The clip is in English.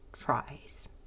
tries